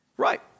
Right